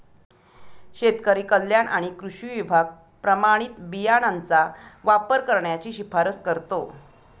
शेतकरी कल्याण आणि कृषी विभाग प्रमाणित बियाणांचा वापर करण्याची शिफारस करतो